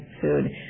food